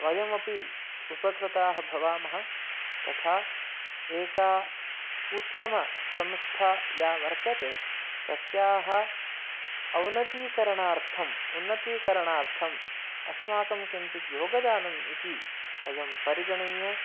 वयमपि उपकृताः भवामः तथा एका उत्तमसंस्था या वर्तते तस्याः औनतीकरणार्थम् उन्नतीकरणार्थम् अस्माकं किञ्चित् योगदानम् इति वयं परिगणय्य